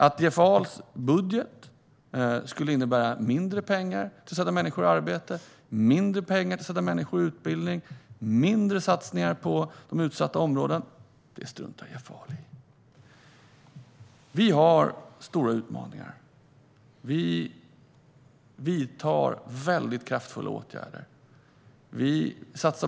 Att Jeff Ahls budget skulle innebära mindre pengar till att sätta människor i arbete, mindre pengar till att sätta människor i utbildning och mindre satsningar på de utsatta områdena struntar Jeff Ahl i. Vi har stora utmaningar. Vi vidtar väldigt kraftfulla åtgärder.